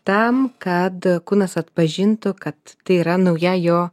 tam kad kūnas atpažintų kad tai yra nauja jo